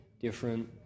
different